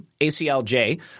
ACLJ